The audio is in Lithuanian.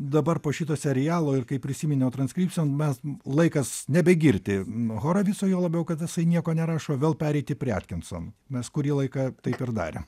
dabar po šito serialo ir kai prisiminiau transkripsen mes laikas nebegirdi horovico juo labiau kad jisai nieko nerašo vėl pereiti prie atkinson mes kurį laiką taip ir darėm